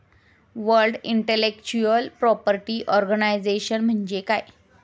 World intellectual property organisation म्हणजे काय?